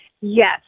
yes